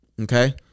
okay